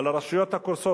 לרשויות הקורסות.